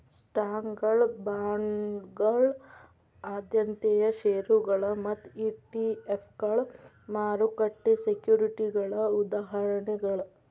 ಸ್ಟಾಕ್ಗಳ ಬಾಂಡ್ಗಳ ಆದ್ಯತೆಯ ಷೇರುಗಳ ಮತ್ತ ಇ.ಟಿ.ಎಫ್ಗಳ ಮಾರುಕಟ್ಟೆ ಸೆಕ್ಯುರಿಟಿಗಳ ಉದಾಹರಣೆಗಳ